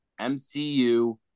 MCU